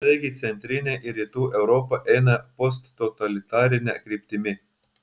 taigi centrinė ir rytų europa eina posttotalitarine kryptimi